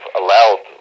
allowed